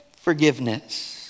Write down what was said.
Forgiveness